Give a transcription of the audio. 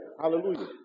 Hallelujah